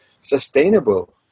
sustainable